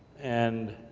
and